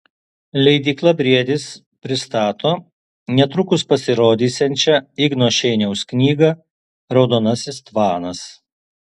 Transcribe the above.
leidykla briedis pristato netrukus pasirodysiančią igno šeiniaus knygą raudonasis tvanas